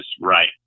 right